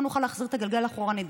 לא נוכל להחזיר את הגלגל אחורנית.